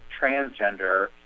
transgender